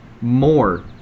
more